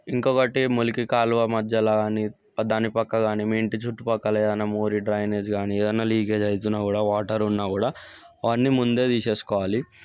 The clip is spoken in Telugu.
ఇంకొకటి మురికి కాలువల మధ్యలా కానీ దాని పక్క కానీ మీ ఇంటి చుట్టూ పక్కల కానీ మురికి డ్రైనేజీ కానీ ఏదైనా లీకేజ్ అవుతున్నా కానీ వాటర్ ఉన్నా కూడా అవన్నీ ముందే తీసేసుకోవాలి